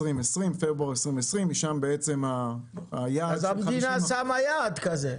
פברואר 2020. אז המדינה שמה יעד כזה.